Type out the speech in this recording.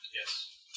Yes